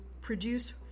produce